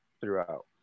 throughout